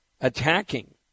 attacking